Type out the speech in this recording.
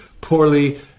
poorly